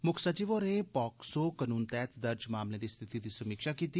मुक्ख सचिव होरें पॉक्सो कानून तैह्त दर्ज मामलें दी स्थिति दी समीक्षा कीती